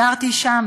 גרתי שם.